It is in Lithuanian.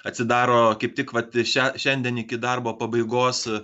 atsidaro kaip tik vat šią šiandien iki darbo pabaigos